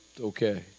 Okay